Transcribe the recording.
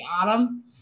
Autumn